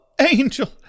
Angel